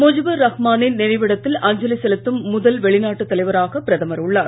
முஜிபூர் ரஹமானின் நினைவிடத்தில் அஞ்சலி செலுத்தும் முதல் வெளிநாட்டுத்தலைவராக பிரதமர் உள்ளார்